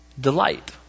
delight